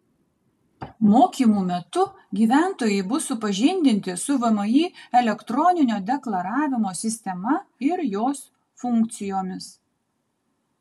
mokymų metu gyventojai bus supažindinti su vmi elektroninio deklaravimo sistema ir jos funkcijomis